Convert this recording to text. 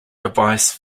device